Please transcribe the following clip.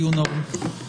הדיון נעול.